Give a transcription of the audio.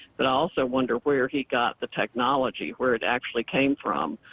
but i also wonder where he got the technology, where it actually came from.